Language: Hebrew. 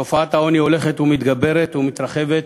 תופעת העוני הולכת ומתגברת ומתרחבת,